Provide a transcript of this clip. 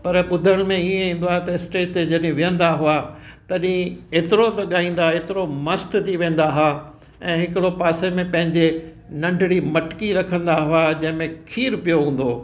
पर ॿुधण में ईअं ईंदो आहे त स्टेज ते जॾहिं वेहंदा हुआ तॾहिं एतिरो त ॻाईंदा एतिरो मस्तु थी वेंदा हुआ ऐं हिकिड़ो पासे में पंहिंजे नंढड़ी मटकी रखंदा हुआ जंहिंमें खीर पियो हूंदो हो